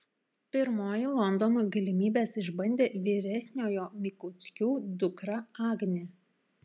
pirmoji londono galimybes išbandė vyresniojo mikuckių dukra agnė